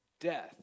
death